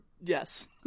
Yes